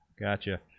Gotcha